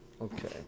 Okay